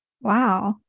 Wow